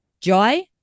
joy